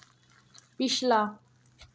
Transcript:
पिछला